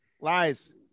Lies